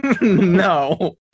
no